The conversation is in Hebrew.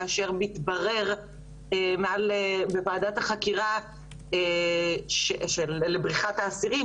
כאשר מתברר בוועדת החקירה של בריחת האסירים